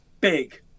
big